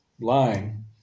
line